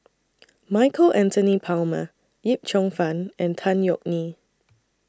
Michael Anthony Palmer Yip Cheong Fun and Tan Yeok Nee